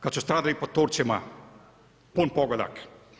Kad su stradali pod Turcima, pun pogodak.